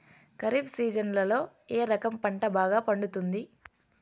ఖరీఫ్ సీజన్లలో ఏ రకం పంట బాగా పండుతుంది